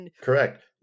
Correct